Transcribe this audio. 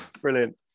brilliant